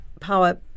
power